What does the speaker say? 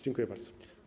Dziękuję bardzo.